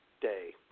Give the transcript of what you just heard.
Day